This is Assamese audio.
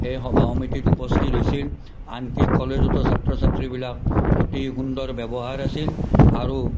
সেই সভা সমিতিত উপস্থিত হৈছিল আনকি কলেজতো ছাত্ৰ ছাত্ৰীবিলাক অতি সুন্দৰ ব্যৱহাৰ আছিল আৰু